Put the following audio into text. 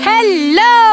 Hello